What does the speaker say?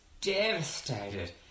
devastated